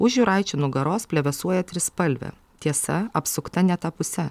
už juraičio nugaros plevėsuoja trispalvė tiesa apsukta ne ta puse